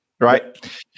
right